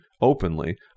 openly